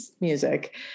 music